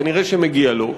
כנראה מגיע לו,